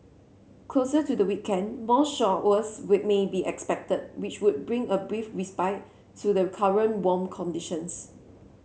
closer to the weekend more showers may be expected which would bring a brief respite to the current warm conditions